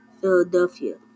Philadelphia